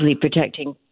protecting